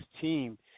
team